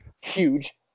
huge